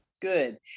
Good